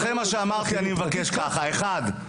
אחרי מה שאמרתי אני רוצה לבקש שני דברים: הדבר הראשון,